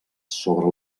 sobre